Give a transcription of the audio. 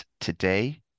Today